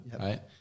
right